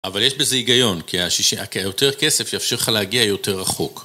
אבל יש בזה היגיון כי היותר כסף יאפשר לך להגיע יותר רחוק